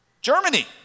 Germany